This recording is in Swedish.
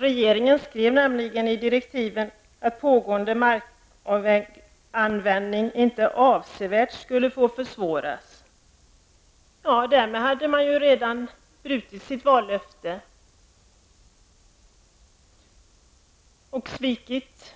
Regeringen skrev i direktiven att pågående markanvändning inte avsevärt skulle få försvåras. Därmed hade man brutit sitt vallöfte och svikit